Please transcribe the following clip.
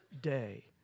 day